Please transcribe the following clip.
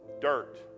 Dirt